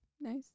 nice